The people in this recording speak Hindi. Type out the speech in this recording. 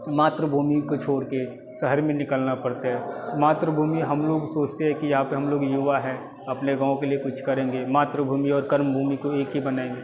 मातृभूमि को छोड़ के शहर में निकलना पड़ता है मातृभूमि हम लोग सोचते हैं यहाँ पे हम लोग युवा हैं अपने गाँव के लिए कुछ करेंगे मातृभूमि और कर्मभूमि को एक ही बनाएंगे